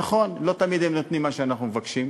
נכון, לא תמיד הם נותנים מה שאנחנו מבקשים.